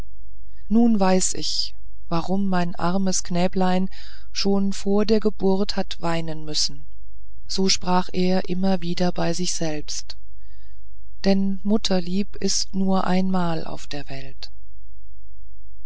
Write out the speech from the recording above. nun weiß ich warum mein armes knäblein schon vor der geburt hat weinen müssen so sprach er immer wieder bei sich selbst denn mutterlieb ist nur einmal auf der welt